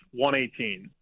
118